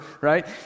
right